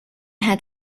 had